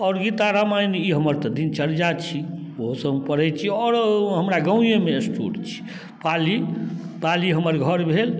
आओर गीता रामायण ई हमर तऽ दिनचर्या छी ओहो सभ हम पढ़ै छी आओर हमरा गाँवेमे स्टोर छै पाली पाली हमर घर भेल